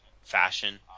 fashion